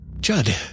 Judd